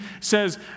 says